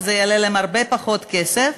שזה יעלה להם הרבה פחות כסף,